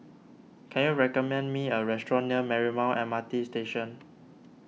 can you recommend me a restaurant near Marymount M R T Station